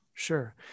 Sure